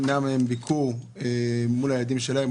נמנע מהם ביקור מול הילדים שלהם.